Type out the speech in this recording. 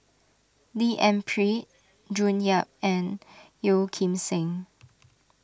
D N Pritt June Yap and Yeo Kim Seng